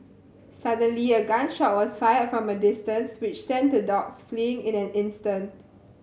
suddenly a gun shot was fired from a distance which sent the dogs fleeing in an instant